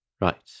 Right